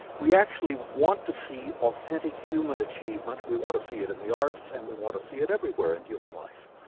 we actually want to see authentic human achievement, we want to see it in the arts, and we want to see it everywhere in human life.